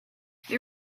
they